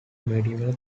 medieval